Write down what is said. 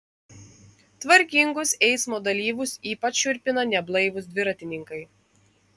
tvarkingus eismo dalyvius ypač šiurpina neblaivūs dviratininkai